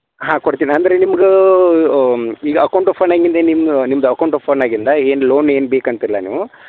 ಹಾಂ ಕೊಡ್ತೀನಿ ಅಂದರೆ ನಿಮ್ಗೆ ಈಗ ಅಕೌಂಟ್ ಓಪನ್ ಆಗಿದ್ದೇ ನಿಮ್ದು ಅಕೌಂಟ್ ಓಪನ್ ಆಗಿಂದ ಏನು ಲೋನ್ ಏನು ಬೇಕಂತೀರಲ್ಲ ನೀವು